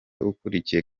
ukurikiye